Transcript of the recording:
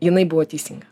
jinai buvo teisinga